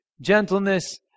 gentleness